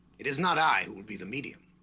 it is not i who will be the medium